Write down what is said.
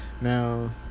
Now